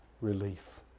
Relief